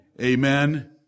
Amen